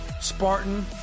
Spartan